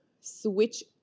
switch